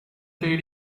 தேட